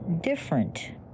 different